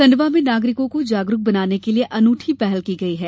खंडवा में नागरिकों को जागरूक बनाने के लिये अनूठी पहल की गई है